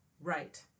Right